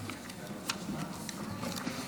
הצעת חוק העונשין (תיקון,